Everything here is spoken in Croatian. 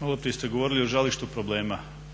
maloprije ste govorili o žarištu problema.